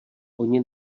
oni